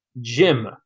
Jim